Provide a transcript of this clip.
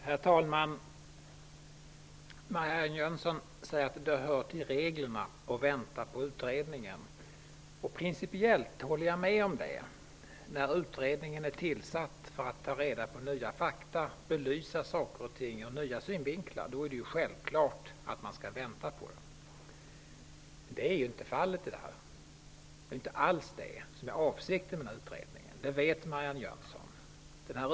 Herr talman! Marianne Jönsson säger att det hör till reglerna att man skall vänta på utredningen. Principiellt håller jag med om det -- när utredningen är tillsatt för att ta reda på nya fakta och för att belysa saker och ting ur nya synvinklar. I sådana fall är det självklart att man skall vänta. Men så är inte fallet här. Det är inte alls det som är avsikten med utredningen, och det vet Marianne Jönsson.